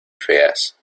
feas